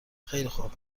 خوب